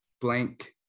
blank